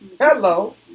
Hello